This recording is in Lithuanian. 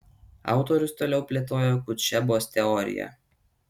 autorius toliau plėtojo kutšebos teoriją